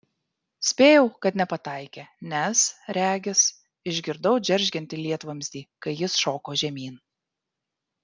spėjau kad nepataikė nes regis išgirdau džeržgiantį lietvamzdį kai jis šoko žemyn